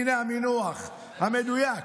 הינה המינוח המדויק.